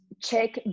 check